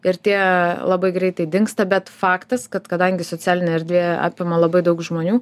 ir tie labai greitai dingsta bet faktas kad kadangi socialinė erdvė apima labai daug žmonių